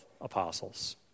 apostles